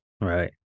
Right